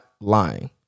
lying